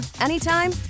anytime